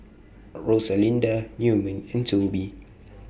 Rosalinda Newman and Toby